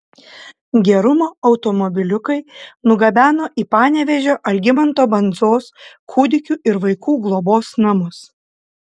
gerumo automobiliukai nugabeno į panevėžio algimanto bandzos kūdikių ir vaikų globos namus